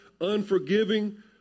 unforgiving